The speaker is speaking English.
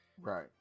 right